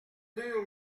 deux